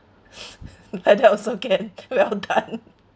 like that also can well done